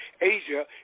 Asia